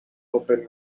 open